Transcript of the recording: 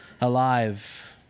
alive